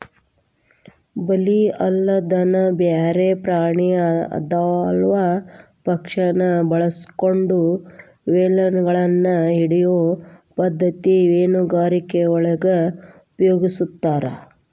ಬಲಿ ಅಲ್ಲದನ ಬ್ಯಾರೆ ಪ್ರಾಣಿ ಅತ್ವಾ ಪಕ್ಷಿನ ಬಳಸ್ಕೊಂಡು ಮೇನಗಳನ್ನ ಹಿಡಿಯೋ ಪದ್ಧತಿ ಮೇನುಗಾರಿಕೆಯೊಳಗ ಉಪಯೊಗಸ್ತಾರ